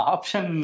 Option